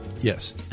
yes